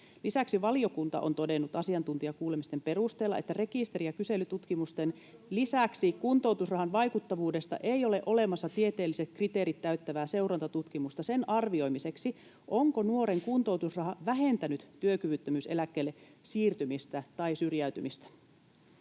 Lisäksi valiokunta on todennut asiantuntijakuulemisten perusteella, että rekisteri- ja kyselytutkimusten lisäksi kuntoutusrahan vaikuttavuudesta ei ole olemassa tieteelliset kriteerit täyttävää seurantatutkimusta sen arvioimiseksi, onko nuoren kuntoutusraha vähentänyt työkyvyttömyyseläkkeelle siirtymistä tai syrjäytymistä.